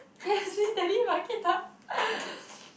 can I say telemarketer